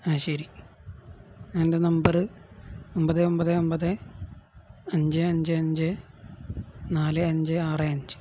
ആ ശരി എൻ്റെ നമ്പർ ഒൻപത് ഒൻപത് ഒൻപത് അഞ്ച് അഞ്ച് അഞ്ച് നാല് അഞ്ച് ആറ് അഞ്ച്